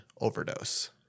overdose